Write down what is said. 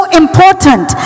important